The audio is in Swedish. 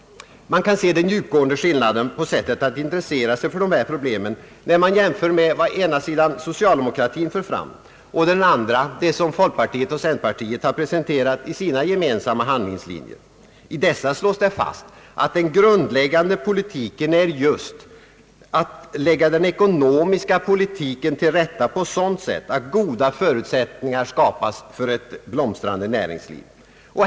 Man kan se den djupgående skillnaden på sättet att intressera sig för dessa problem vid en jämförelse med vad å ena sidan socialdemokratin för fram och å den andra vad folkpartiet och centerpartiet har presenterat i sina gemensamma handlingslinjer. I dessa slår vi fast att det grundläggande är just att lägga den ekonomiska politiken till rätta på sådant sätt att goda förutsättningar skapas för ett blomstrande näringsliv.